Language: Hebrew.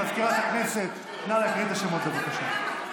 מזכירת הכנסת, נא להקריא את השמות, בבקשה.